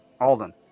Alden